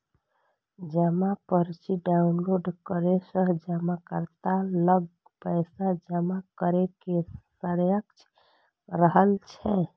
जमा पर्ची डॉउनलोड करै सं जमाकर्ता लग पैसा जमा करै के साक्ष्य रहै छै